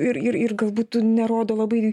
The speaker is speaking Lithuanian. ir ir ir galbūt nerodo labai